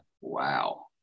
Wow